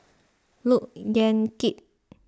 Look Yan Kit